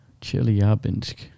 Chelyabinsk